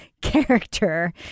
character